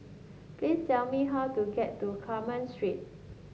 please tell me how to get to Carmen Street